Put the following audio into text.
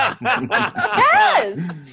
Yes